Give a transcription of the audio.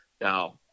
Now